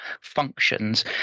functions